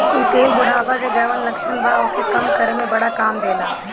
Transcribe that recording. इ तेल बुढ़ापा के जवन लक्षण बा ओके कम करे में बड़ा काम देला